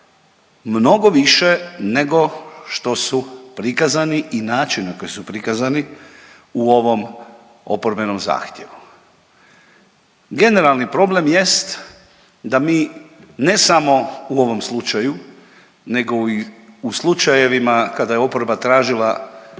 mnogo više nego što su prikazani i način na koji su prikazani u ovom oporbenom zahtjevu. Generalni problem jest da mi ne samo u ovom slučaju nego i u slučajevima kada je oporba tražila zahtjeve